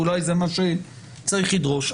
ואולי זה מה שצריך לדרוש,